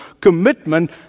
commitment